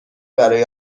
برای